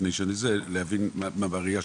מה בראיה שלכם.